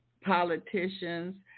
politicians